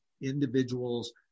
individuals